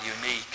unique